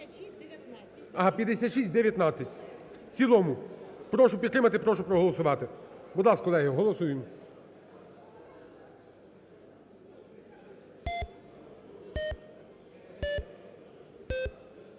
5619. В цілому. Прошу підтримати, прошу проголосувати. Будь ласка, колеги, голосуємо.